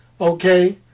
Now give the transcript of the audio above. Okay